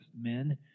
men